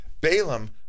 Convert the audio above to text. Balaam